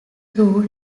through